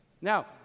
Now